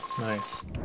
Nice